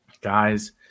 Guys